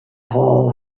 hall